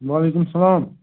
وعلیکُم سلام